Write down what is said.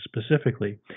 specifically